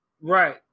Right